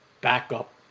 Backup